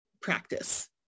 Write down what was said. practice